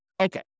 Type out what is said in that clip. Okay